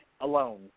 alone